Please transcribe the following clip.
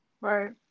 Right